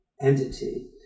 entity